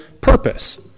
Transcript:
purpose